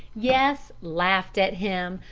yes, laughed at him,